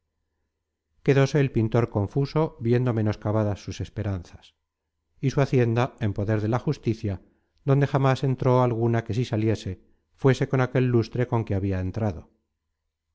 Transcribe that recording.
peregrinos quedóse el pintor confuso viendo menoscabadas sus esperanzas y su hacienda en poder de la justicia donde jamas entró alguna que si saliese fuese con aquel lustre con que habia entrado